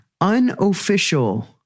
unofficial